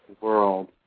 world